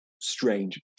strange